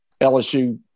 LSU